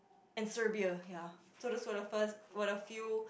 and Serbia ya so those were the first were the few